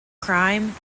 crime